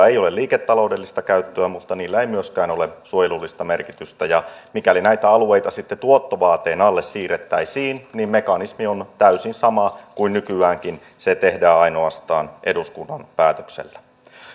ei ole liiketaloudellista käyttöä mutta niillä ei myöskään ole suojelullista merkitystä ja mikäli näitä alueita sitten tuottovaateen alle siirrettäisiin niin mekanismi on täysin sama kuin nykyäänkin se tehdään ainoastaan eduskunnan päätöksellä